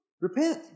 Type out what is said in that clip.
Repent